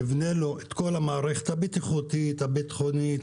תבנה לו את כל המערכת הבטיחותית, הביטחונית